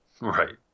Right